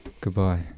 Goodbye